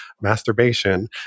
masturbation